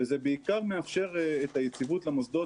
וזה בעיקר מאפשר את היציבות למוסדות